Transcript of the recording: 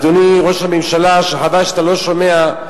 אדוני ראש הממשלה, וחבל שאתה לא שומע,